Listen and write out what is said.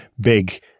big